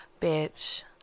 Bitch